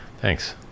Thanks